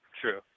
True